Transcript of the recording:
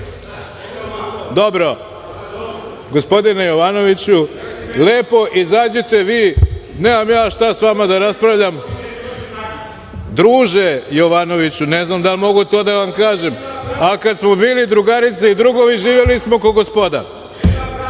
dobro, gospodine Jovanoviću lepo izađite vi nemam ja šta sa vama da raspravljam druže Jovanoviću ne znam da li mogu to da vam kažem? Ali, kada smo bili drugarice i drugovi živeli smo ko gospoda. Molim